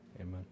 Amen